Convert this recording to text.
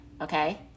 Okay